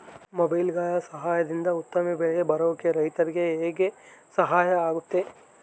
ಮೊಬೈಲುಗಳ ಸಹಾಯದಿಂದ ಉತ್ತಮ ಬೆಳೆ ಬರೋಕೆ ರೈತರಿಗೆ ಹೆಂಗೆ ಸಹಾಯ ಆಗುತ್ತೆ?